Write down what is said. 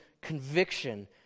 conviction